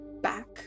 back